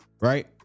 right